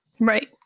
right